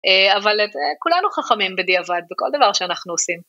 אבל כולנו חכמים בדיעבד בכל דבר שאנחנו עושים.